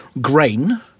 grain